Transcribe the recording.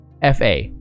FA